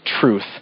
truth